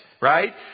right